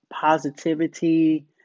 positivity